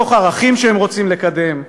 מתוך ערכים שהם רוצים לקדם,